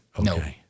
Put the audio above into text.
No